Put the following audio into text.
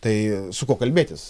tai su kuo kalbėtis